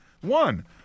One